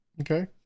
Okay